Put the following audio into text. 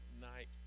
night